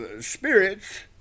spirits